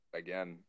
again